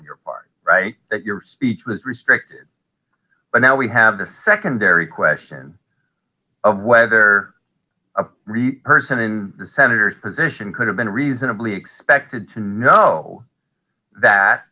on your part right that your speech was restricted but now we have the secondary question of whether a person in senator position could have been reasonably expected to know that